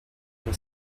were